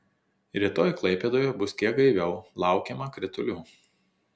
rytoj klaipėdoje bus kiek gaiviau laukiama kritulių